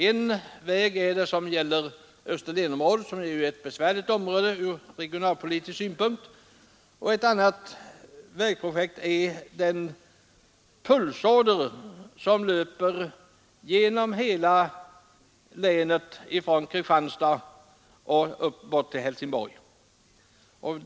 En väg betjänar Österlenområdet — ett besvärligt område ur regionalpolitisk synpunkt — och en annan är den pulsåder som löper genom hela länet, från Kristianstad och bort till Helsingborg.